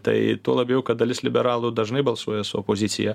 tai tuo labiau kad dalis liberalų dažnai balsuoja su opozicija